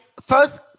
first